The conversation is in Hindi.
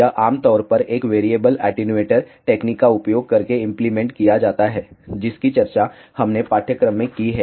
यह आमतौर पर एक वैरिएबल एटेन्यूएटर टेक्निक का उपयोग करके इंप्लीमेंट किया जाता है जिसकी चर्चा हमने पाठ्यक्रम में की है